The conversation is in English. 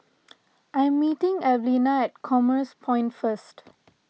I'm meeting Evelena at Commerce Point first